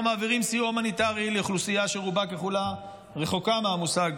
אנחנו מעבירים סיוע הומניטרי לאוכלוסייה שרובה ככולה רחוקה מהמושג